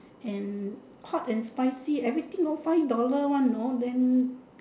and hot and spicy everything lor five dollar one know then